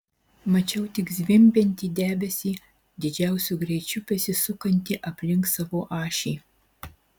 mačiau tik zvimbiantį debesį didžiausiu greičiu besisukantį aplink savo ašį